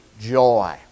joy